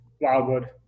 Wildwood